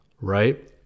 right